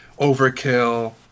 overkill